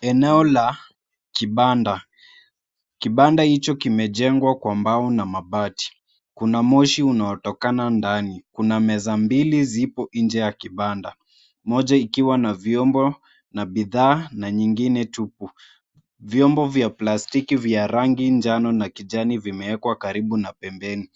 Eneo la kibanda. Kibanda hicho kimejengwa kwa mbao na mabati. Kuna moshi unaotokana ndani. Kuna meza mbili zipo nje ya kibanda moja ikiwa na vyombo na bidhaa na nyingine tupu. Vyombo vya plastiki vya rangi njano na kijani vimeekwa karibu na pembeni.